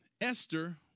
Esther